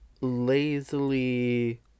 lazily